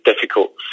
difficult